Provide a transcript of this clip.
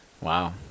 Wow